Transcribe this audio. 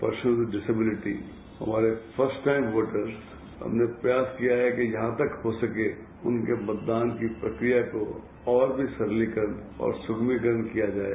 persons with disability हमारे first time voters हमने प्रयास किया है कि जहां तक हो सके उनकी मतदान की प्रक्रिया को और भी सरलीकरण और सुगमीकरण किया जाएं